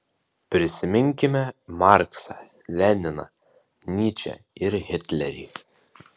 prisiminkime marksą leniną nyčę ir hitlerį